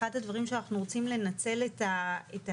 אחד הדברים שאנחנו רוצים לנצל את ה-10,700,